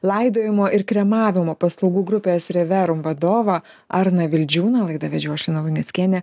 laidojimo ir kremavimo paslaugų grupės re verum vadovą arūną vildžiūną laidą vedžiau aš lina luneckienė